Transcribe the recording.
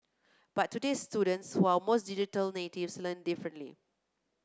but today students who are most digital natives learn differently